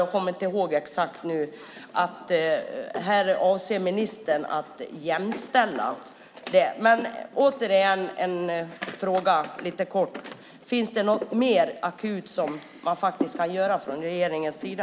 Jag kommer inte exakt ihåg det nu. Men jag tror att ministern här avser att jämställa det. Jag vill återigen ställa en lite kort fråga. Finns det något mer akut som man ska göra från regeringens sida?